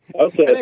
Okay